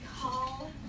call